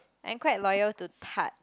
I'm quite loyal to Tarte